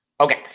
Okay